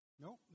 Nope